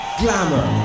glamour